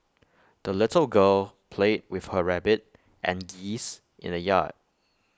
the little girl played with her rabbit and geese in the yard